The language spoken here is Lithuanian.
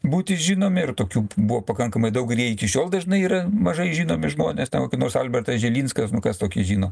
būti žinomi ir tokių buvo pakankamai daug ir jie iki šiol dažnai yra mažai žinomi žmonės ten kokį nors albertas žilinskas nu kas tokį žino